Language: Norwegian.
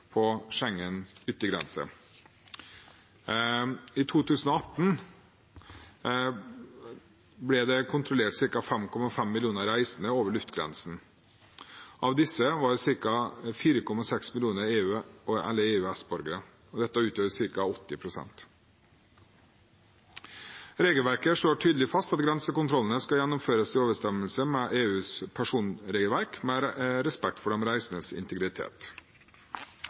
på Schengens yttergrense. I 2018 ble det kontrollert ca. 5,5 millioner reisende over luftgrensen. Av disse var ca. 4,6 millioner EU- eller EØS-borgere. Det utgjør ca. 80 pst. Regelverket slår tydelig fast at grensekontrollene skal gjennomføres i overensstemmelse med EUs personregelverk, med respekt for de reisendes integritet.